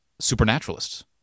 supernaturalists